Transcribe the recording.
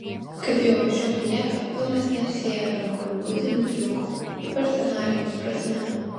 kaip jau anksčiau minėta filmas neapsiėjo be holivudinių triukų ypač scenarijaus prasme